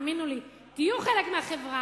האמינו לי, תהיו חלק מהחברה,